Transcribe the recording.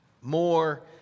more